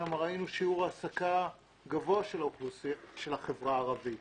שם ראינו שיעור העסקה גבוה של החברה הערבית